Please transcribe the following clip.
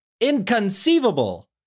inconceivable